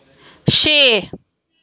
छे